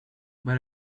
but